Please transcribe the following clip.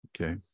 Okay